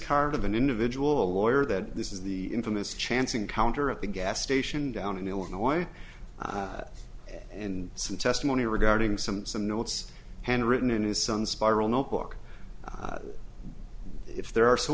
card of an individual a lawyer that this is the infamous chance encounter at the gas station down in illinois and some testimony regarding some some notes handwritten in his son's spiral notebook if there are so